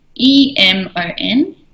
E-M-O-N